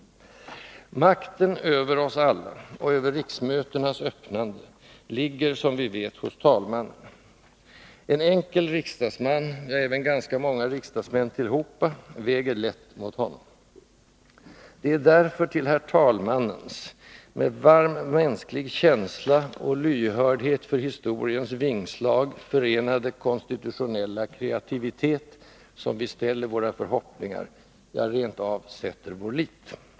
Makten över oss alla, och över riksmötenas öppnande, ligger som vi vet hos talmannen. En enkel riksdagsman, ja, även ganska många riksdagsmän tillhopa, väger lätt mot honom. Det är därför till herr talmannens med varm mänsklig känsla och lyhördhet för historiens vingslag förenade konstitutionella kreativitet som vi ställer våra förhoppningar, ja, rent av sätter vår lit.